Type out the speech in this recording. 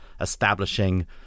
establishing